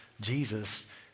Jesus